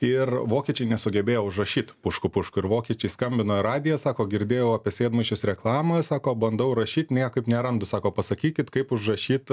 ir vokiečiai nesugebėjo užrašyt pušku pušku ir vokiečiai skambino į radiją sako girdėjau apie sėdmaišius reklamoj sako bandau rašyt niekaip nerandu sako pasakykit kaip užrašyt